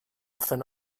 often